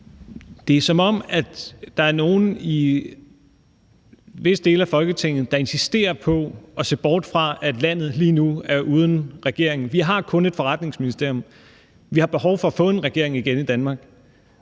Det er, som om der er nogle i visse dele af Folketinget, der insisterer på at se bort fra, at landet lige nu er uden regering. Vi har kun et forretningsministerium. Vi har behov for at få en regering igen i Danmark.